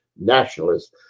nationalists